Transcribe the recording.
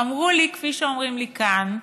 אמרו לי, כפי שאומרים לי כאן: